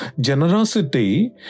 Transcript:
Generosity